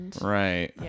Right